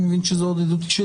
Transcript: אני מבין שזאת עוד עדות אישית,